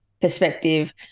perspective